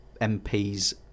MPs